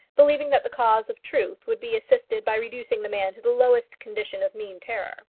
believing that the cause of truth would be assisted by reducing the man to the lowest condition of mean terror.